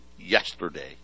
yesterday